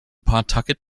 pawtucket